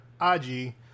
ig